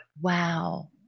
Wow